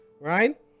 right